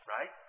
Right